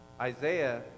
Isaiah